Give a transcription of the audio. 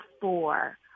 four